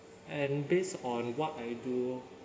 and based on what I do